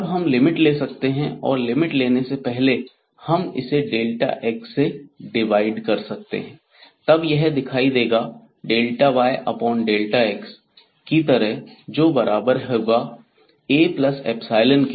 तब हम लिमिट ले सकते हैं और लिमिट लेने से पहले हम इसे x से डिवाइड कर सकते हैं तब यह दिखाई देगा yx की तरह जोकि बराबर होगा Aϵ के